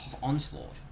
onslaught